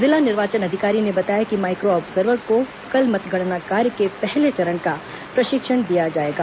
जिला निर्वाचन अधिकारी ने बताया कि माइक्रो आब्जर्वर को कल मतगणना कार्य के पहले चरण का प्रशिक्षण दिया जाएगा